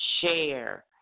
share